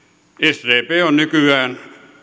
sdp nykyään